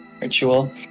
ritual